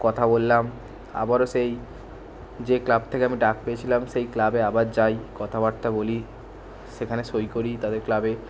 কথা বললাম আবারও সেই যে ক্লাব থেকে আমি ডাক পেয়েছিলাম সেই ক্লাবে আবার যাই কথাবার্তা বলি সেখানে সই করি তাদের ক্লাবে